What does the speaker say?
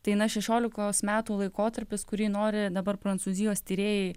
tai na šešiolikos metų laikotarpis kurį nori dabar prancūzijos tyrėjai